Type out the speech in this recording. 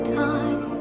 time